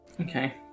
Okay